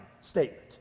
statement